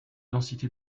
densité